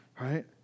Right